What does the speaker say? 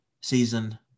season